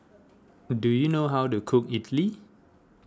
do you know how to cook Idly